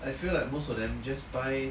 I feel like most of them just buy